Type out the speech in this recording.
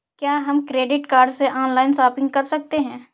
क्या हम credit card से ऑनलाइन शॉपिंग कर सकते हैं?